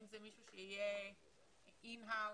אם זה מישהו שיהיה in house,